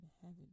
heaven